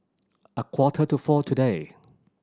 a quarter to four today